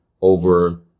over